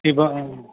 இப்போ